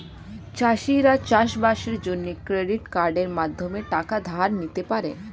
চাষিরা চাষবাসের জন্য ক্রেডিট কার্ডের মাধ্যমে টাকা ধার নিতে পারে